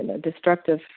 destructive